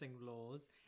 laws